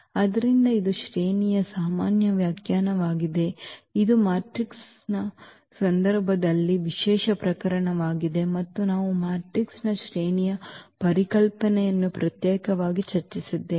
ಆದ್ದರಿಂದ ಇದು ಶ್ರೇಣಿಯ ಸಾಮಾನ್ಯ ವ್ಯಾಖ್ಯಾನವಾಗಿದೆ ಇದು ಮ್ಯಾಟ್ರಿಕ್ಸ್ನ ಸಂದರ್ಭದಲ್ಲಿ ವಿಶೇಷ ಪ್ರಕರಣವಾಗಿದೆ ಮತ್ತು ನಾವು ಮ್ಯಾಟ್ರಿಕ್ಸ್ನ ಶ್ರೇಣಿಯ ಪರಿಕಲ್ಪನೆಯನ್ನು ಪ್ರತ್ಯೇಕವಾಗಿ ಚರ್ಚಿಸಿದ್ದೇವೆ